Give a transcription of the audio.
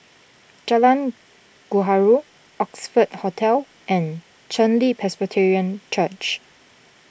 Jalan Gaharu Oxford Hotel and Chen Li Presbyterian Church